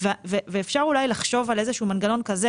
ואפשר אולי לחשוב על איזשהו מנגנון כזה